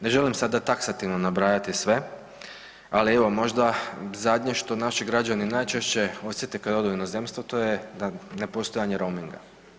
Ne želim sada taksativno nabrajati sve, ali evo možda zadnje što naši građani najčešće osjete kada odu u inozemstvo to je nepostojanje roaminga.